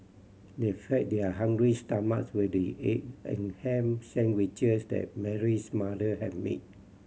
they fed their hungry stomachs with the egg and ham sandwiches that Mary's mother had made